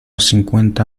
cincuenta